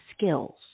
skills